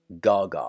Gaga